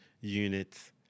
units